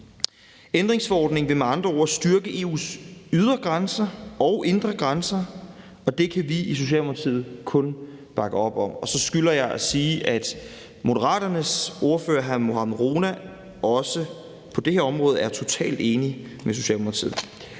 Ændringsforordningen vil med andre ord styrke EU's ydre grænser og indre grænser, og det kan vi i Socialdemokratiet kun bakke op om. Så skylder jeg at sige, at Moderaternes ordfører, hr. Mohammad Rona, også på det her område er totalt enig med Socialdemokratiet.